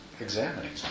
examining